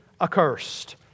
accursed